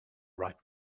ripe